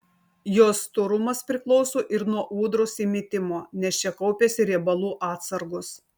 jos storumas priklauso ir nuo ūdros įmitimo nes čia kaupiasi riebalų atsargos